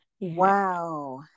Wow